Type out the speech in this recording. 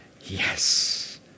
yes